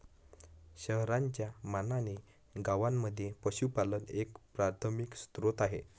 शहरांच्या मानाने गावांमध्ये पशुपालन एक प्राथमिक स्त्रोत आहे